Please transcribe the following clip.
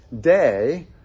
Day